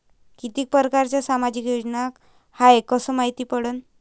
कितीक परकारच्या सामाजिक योजना हाय कस मायती पडन?